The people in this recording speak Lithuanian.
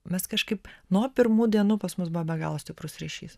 mes kažkaip nuo pirmų dienų pas mus buvo be galo stiprus ryšys